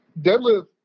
Deadlift